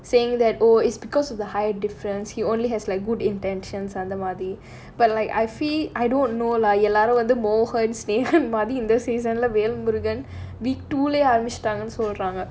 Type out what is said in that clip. saying that oh it's because of the height difference he only has like good intentions அந்த மாரி:antha maari but like I feel I don't know lah எல்லாரும் வந்து:ellaarum vanthu mohan snehan மாரி இந்த:maari intha season leh velmurugan week two ஆரம்பிச்ட்டாங்கனு சொல்றாங்க:aarambichuttaangaanu solraanga